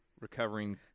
recovering